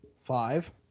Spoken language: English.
Five